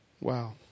Wow